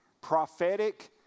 Prophetic